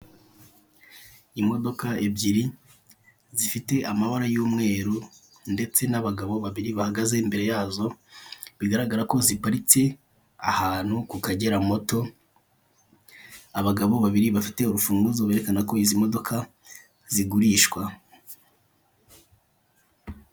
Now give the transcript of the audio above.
Imodoka ebyriri, zifite amabara y'umweru, ndetse n'abagabo babiri bahagaze imbere yazo, bigaragara ko ziparitse ahantu ku Kagera moto, abagabo babiri bafite urufunguzo, berekana ko izi modoka zigurishwa.